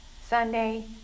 Sunday